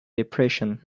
depression